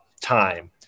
time